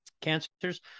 cancers